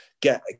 get